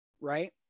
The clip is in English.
right